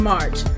March